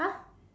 !huh!